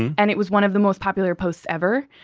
and it was one of the most popular posts ever.